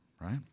right